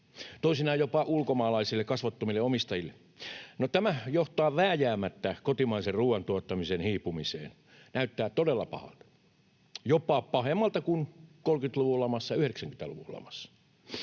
toisinaan jopa ulkomaalaisille, kasvottomille omistajille. No, tämä johtaa vääjäämättä kotimaisen ruuantuottamisen hiipumiseen. Näyttää todella pahalta, jopa pahemmalta kuin 30-luvun lamassa ja 90-luvun lamassa.